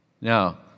Now